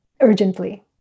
urgently